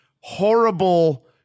horrible